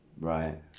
Right